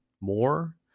more